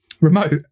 remote